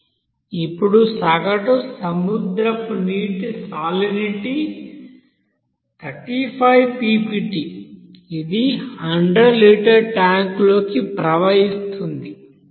ఇప్పుడు సగటు సముద్రపు నీటి సాలినిటీ 35 ppt ఇది 100 లీటర్ ట్యాంక్లోకి ప్రవహిస్తుంది ఇందులో 1